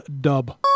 Dub